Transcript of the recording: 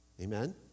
Amen